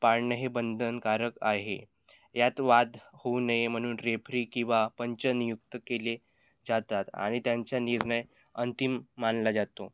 पाळणं हे बंधनकारक आहे यात वाद होऊ नये म्हणून रेफ्री किंवा पंच नियुक्त केले जातात आणि त्यांचा निर्णय अंतिम मानला जातो